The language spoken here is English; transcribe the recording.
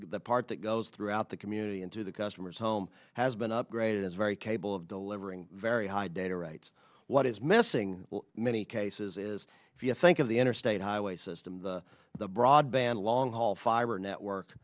the part that goes throughout the community into the customer's home has been upgraded is very capable of delivering very high data rights what is missing many cases is if you think of the interstate highway system the broadband long haul fiber network